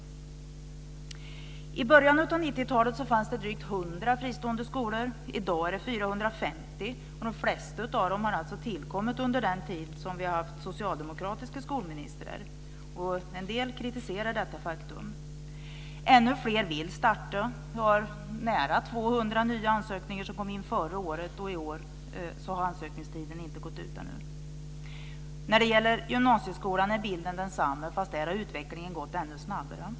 I början av 90-talet fanns drygt 100 fristående grundskolor. I dag är antalet 450. De flesta har tillkommit under den tid vi har haft socialdemokratiska skolministrar. En del kritiserar detta faktum. Ännu fler vill starta. Det var nära 200 nya ansökningar som kom in förra året. I år har ansökningstiden inte gått ut ännu. När det gäller gymnasieskolan är bilden densamma, fast där har utvecklingen gått ännu snabbare.